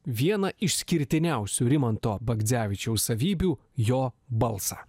vieną išskirtiniausių rimanto bagdzevičiaus savybių jo balsą